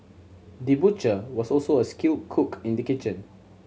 the butcher was also a skilled cook in the kitchen